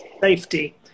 safety